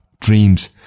dreams